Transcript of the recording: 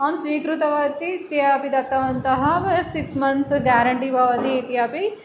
अहं स्वीकृतवती ते अपि दत्तवन्तः सिक्स् मन्त्स् गेरण्टि भवति इत्यपि